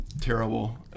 terrible